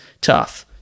tough